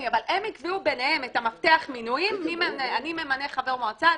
אבל הם יקבעו ביניהם את מפתח מינויים - אני ממנה חבר מועצה,